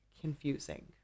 confusing